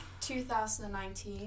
2019